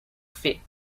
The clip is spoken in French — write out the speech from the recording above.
fait